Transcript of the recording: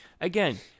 again